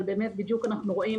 אבל באמת בדיוק אנחנו רואים,